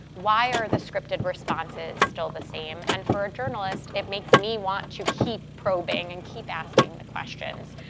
why are the scripted responses still the same? and for a journalist, it makes me want to keep probing and keep asking the questions.